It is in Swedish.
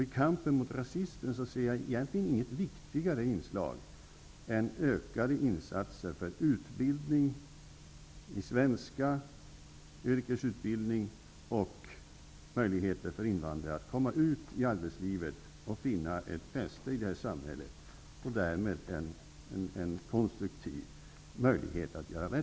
I kampen mot rasismen ser jag egentligern inget viktigare inslag än ökade insatser för utbildning i svenska, yrkeutbildning samt möjligheter för invandrare att komma ut i arbetslivet, finna ett fäste i samhället så att de därmed konstruktivt kan göra rätt för sig.